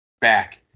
back